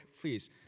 please